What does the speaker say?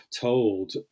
told